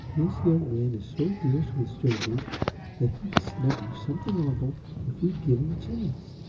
this young man is so fierce with strangers that he'd snub you something awful if we'd give him a chance.